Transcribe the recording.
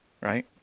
right